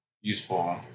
useful